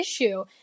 issue